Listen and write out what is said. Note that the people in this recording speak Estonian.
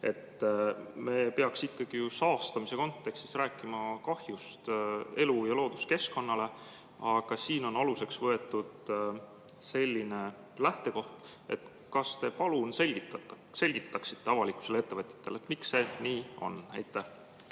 Me peaksime ikkagi ju saastamise kontekstis rääkima kahjust elu‑ ja looduskeskkonnale, aga siin on aluseks võetud selline lähtekoht. Kas te palun selgitaksite avalikkusele ja ettevõtjatele, miks see nii on? Aitäh!